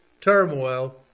turmoil